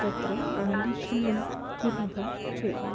तत्र आलेखनं कुर्मः चेत्